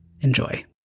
Enjoy